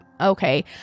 okay